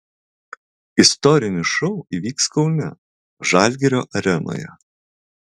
istorinis šou įvyks kaune žalgirio arenoje